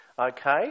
Okay